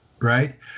right